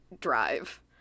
drive